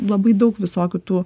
labai daug visokių tų